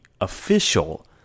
official